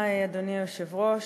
אדוני היושב-ראש,